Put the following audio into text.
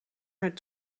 het